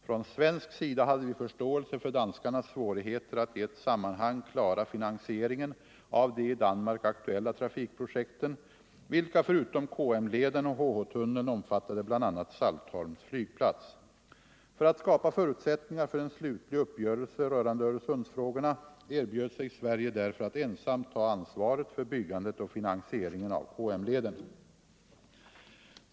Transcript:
Från svensk sida hade vi förståelse för danskarnas svårigheter att i ett sammanhang klara finansieringen av de i Danmark aktuella trafikprojekten, vilka förutom KM-leden och HH-tunneln omfattade bl.a. Saltholms flygplats. För att skapa förutsättningar för en slutlig uppgörelse rörande Öresundsfrågorna erbjöd sig Sverige därför att ensamt ta ansvaret för byggandet och finansieringen av KM-leden.